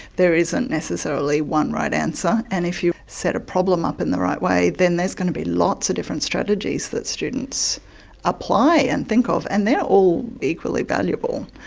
there isn't necessarily one right answer. and if you set a problem up in the right way then there's going to be lots of different strategies that students apply and think of. and they are all equally valuable.